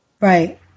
right